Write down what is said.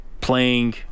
playing